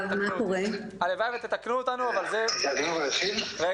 הלוואי שתתקנו אותנו, אני באמת מקווה